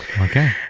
okay